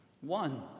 One